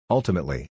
Ultimately